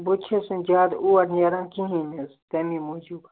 بہٕ چھُس نہٕ زیادٕ اور نیران کِہیٖنٛۍ حظ تَمہِ موٗجوٗب